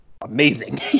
amazing